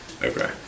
Okay